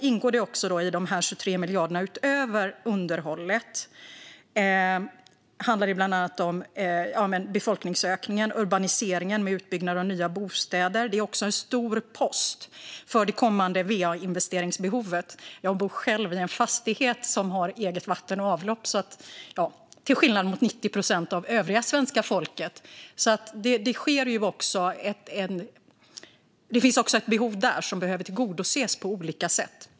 I dessa 23 miljarder ingår utöver underhållet åtgärder som handlar om bland annat befolkningsökningen och urbaniseringen med utbyggnad av nya bostäder. Det är också en stor post för det kommande va-investeringsbehovet. Jag bor själv i en fastighet som har eget vatten och avlopp, till skillnad mot 90 procent av övriga svenska folket, så även där finns ett behov som behöver tillgodoses på olika sätt.